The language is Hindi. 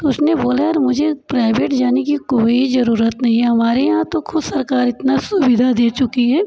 तो उसने बोला यार मुझे प्राइवेट जाने की कोई जरूरत नहीं है हमारे यहाँ तो खुद सरकार इतना सुविधा दे चुकी है